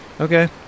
okay